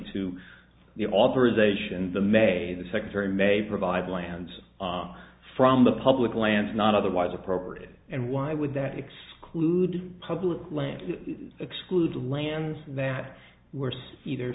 to the authorization the may the secretary may provide lands are from the public lands not otherwise appropriate and why would that exclude public land exclude lands that were either